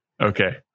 Okay